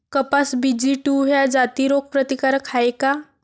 कपास BG two ह्या जाती रोग प्रतिकारक हाये का?